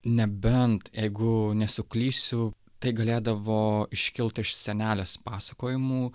nebent jeigu nesuklysiu tai galėdavo iškilt iš senelės pasakojimų